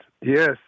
yes